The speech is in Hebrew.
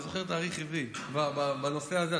אני זוכר תאריך עברי בנושא הזה,